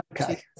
okay